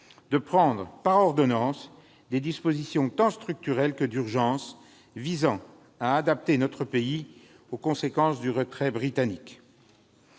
de prendre, par ordonnances, des dispositions tant structurelles que d'urgence visant à adapter notre pays aux conséquences du retrait britannique.,